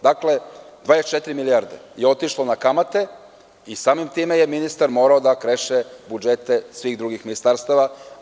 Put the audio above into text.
Dakle, 24 milijarde je otišlo na kamate i samim tim je ministar morao da kreše budžete svih drugih ministarstava.